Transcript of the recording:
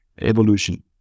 evolution